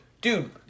Dude